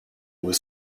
was